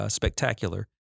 spectacular